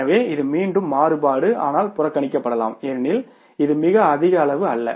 எனவே இது மீண்டும் மாறுபாடு ஆனால் புறக்கணிக்கப்படலாம் ஏனெனில் இது மிக அதிக அளவு அல்ல